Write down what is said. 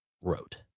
wrote